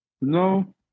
no